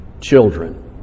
children